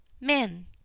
Men